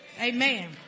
Amen